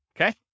okay